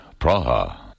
Praha